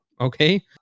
okay